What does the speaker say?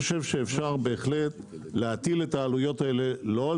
שאפשר בהחלט להטיל את העלויות האלה לא על